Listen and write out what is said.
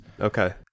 Okay